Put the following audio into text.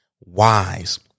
wise